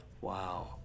Wow